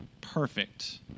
perfect